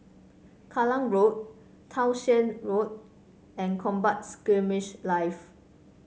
Kallang Road Townshend Road and Combat Skirmish Live